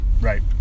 Right